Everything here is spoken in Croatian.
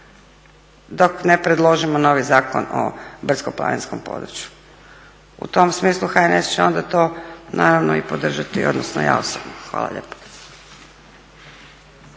dok ne predložimo novi Zakon o brdsko-planinskom području. U tom smislu HNS će onda to naravno i podržati odnosno ja osobno. Hvala lijepo.